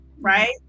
right